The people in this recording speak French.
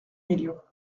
millions